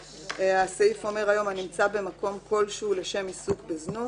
(ג) "הנמצא במקום כלשהו לשם עיסוק בזנות